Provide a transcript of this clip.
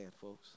folks